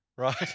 Right